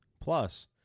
plus